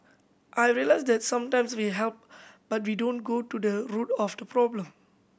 I realised that sometimes we help but we don't go to the root of the problem